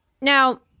Now